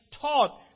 taught